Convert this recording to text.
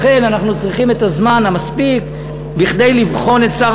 לכן אנחנו צריכים את הזמן המספיק כדי לבחון את שר